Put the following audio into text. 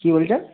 কী বলছেন